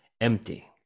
empty